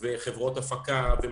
חברות הפקה.